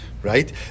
Right